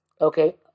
Okay